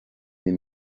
mes